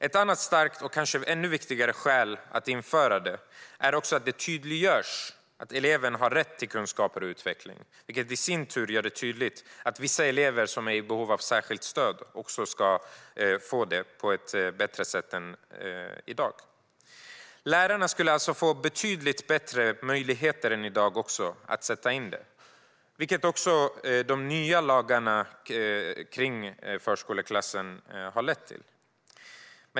Ett annat starkt och kanske ännu viktigare skäl till att införa förskoleklass är att det tydliggörs att eleven har rätt till kunskaper och utveckling, vilket i sin tur gör det tydligt att vissa elever som är i behov av särskilt stöd också ska få det på ett bättre sätt än i dag. Lärarna skulle alltså få betydligt större möjligheter än i dag att sätta in stöd, vilket också de nya lagarna om förskoleklassen har lett till.